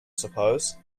suppose